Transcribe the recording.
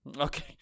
Okay